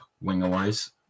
winger-wise